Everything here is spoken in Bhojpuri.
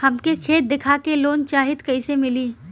हमके खेत देखा के लोन चाहीत कईसे मिली?